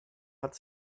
hat